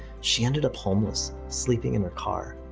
she ended up homeless, sleeping in her car.